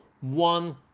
one